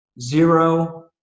zero